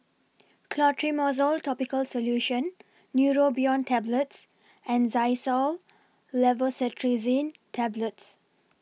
Clotrimozole Topical Solution Neurobion Tablets and Xyzal Levocetirizine Tablets